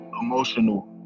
emotional